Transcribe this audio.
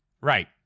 Right